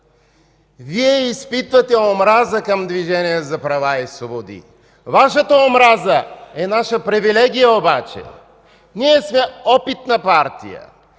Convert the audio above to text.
Вие изпитвате омраза към Движението за права и свободи. Вашата омраза е наша привилегия обаче. Ние сме опитна партия.